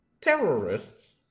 terrorists